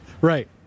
right